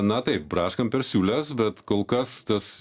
na taip braškam per siūles bet kol kas tas